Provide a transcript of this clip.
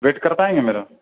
wait کر پائیں گے میرا